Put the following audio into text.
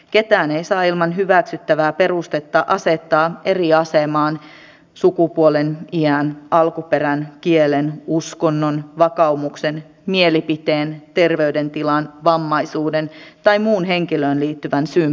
ketään ei saa ilman hyväksyttävää perustetta asettaa eri asemaan sukupuolen iän alkuperän kielen uskonnon vakaumuksen mielipiteen terveydentilan vammaisuuden tai muun henkilöön liittyvän syyn perusteella